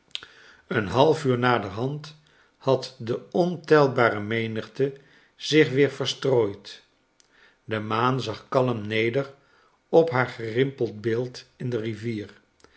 een half uur naderhand had de ontelbare menigte zich weer verstrooid de maan zag kalm neder op haar gerimpeld beeld in de rivier